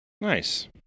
Nice